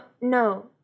no